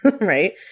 Right